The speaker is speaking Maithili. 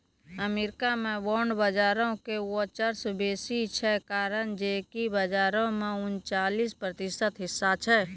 अमेरिका मे बांड बजारो के वर्चस्व बेसी छै, कारण जे कि बजारो मे उनचालिस प्रतिशत हिस्सा छै